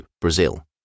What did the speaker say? Brazil